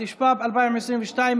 התשפ"ב 2022,